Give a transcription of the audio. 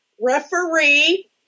referee